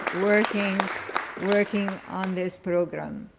working working on this program.